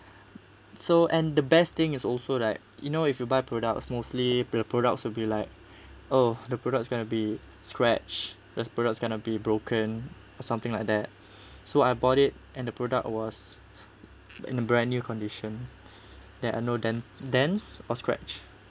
so and the best thing is also like you know if you buy products mostly the products will be like oh the product's going to be scratched the product's going to be broken or something like that so I bought it and the product was in a brand new condition there are no dent dents or scratch